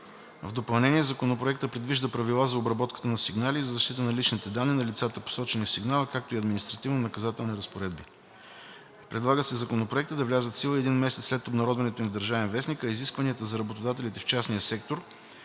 В допълнение Законопроектът предвижда правила за обработката на сигнали и за защита на личните данни на лицата, посочени в сигнала, както и административнонаказателни разпоредби. Предлага се законопроектите да влязат в сила един месец след обнародването им в „Държавен вестник“, а изискванията за работодателите в частния сектор